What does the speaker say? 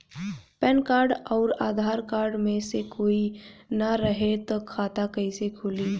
Pan card आउर Aadhaar card मे से कोई ना रहे त खाता कैसे खुली?